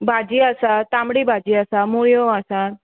भाजी आसा तांबडी भाजी आसा मुळ्यो आसात